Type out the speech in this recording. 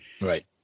right